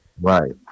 Right